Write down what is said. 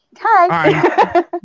Hi